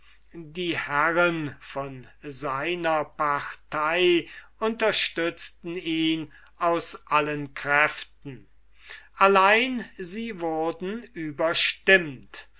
die herren von seiner partei unterstützten ihn aus allen kräften allein sie wurden überstimmt